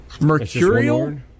Mercurial